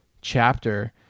chapter